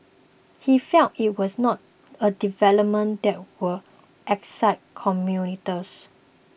he felt it was not a development that would excite